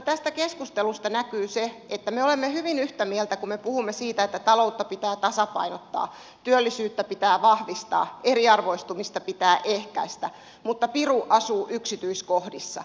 tästä keskustelusta näkyy että me olemme hyvin yhtä mieltä kun me puhumme siitä että taloutta pitää tasapainottaa työllisyyttä pitää vahvistaa eriarvoistumista pitää ehkäistä mutta piru asuu yksityiskohdissa